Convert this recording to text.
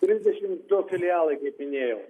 trisdešimt du filialai kaip minėjau